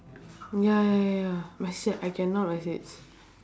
ya ya ya ya message I cannot message